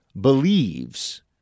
believes